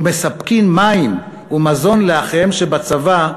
ומספקין מים ומזון לאחיהם שבצבא,